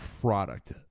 product